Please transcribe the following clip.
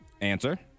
Answer